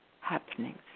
happenings